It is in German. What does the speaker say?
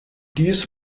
dies